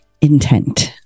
intent